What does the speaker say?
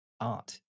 art